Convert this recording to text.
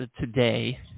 today